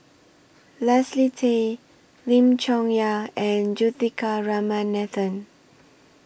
Leslie Tay Lim Chong Yah and Juthika Ramanathan